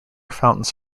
fountains